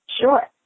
Sure